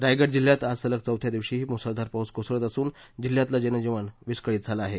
रायगड जिल्हयात आज सलग चौथ्या दिवशीही मुसळधार पाऊस कोसळत असून जिल्हयातलं जनजीवन विस्कळीत झालं आहे